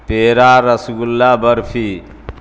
پیڑا rasgulla barfi